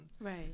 Right